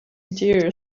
interior